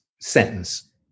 sentence